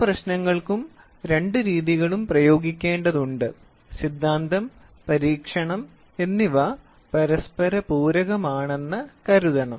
പല പ്രശ്നങ്ങൾക്കും രണ്ട് രീതികളും പ്രയോഗിക്കേണ്ടതുണ്ട് സിദ്ധാന്തം പരീക്ഷണം എന്നിവ പരസ്പര പൂരകമാണെന്ന് കരുതണം